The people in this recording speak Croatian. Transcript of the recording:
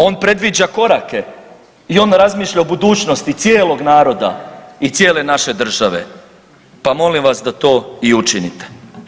On predviđa korake i on razmišlja o budućnosti cijelog naroda i cijele naše države, pa molim vas da to i učinite.